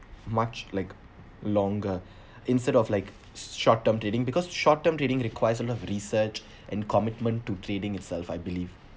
much like longer instead of like short term trading because short term trading requires a lot of research and commitment to trading itself I believe